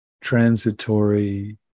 transitory